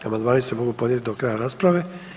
Amandmani se mogu podnijeti do kraja rasprave.